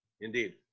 Indeed